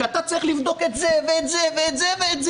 שאתה צריך לבדוק את זה ואת זה ואת זה?